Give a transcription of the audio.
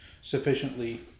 sufficiently